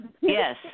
Yes